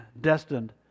destined